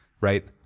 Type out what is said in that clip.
Right